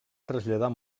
traslladar